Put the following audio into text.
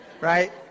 right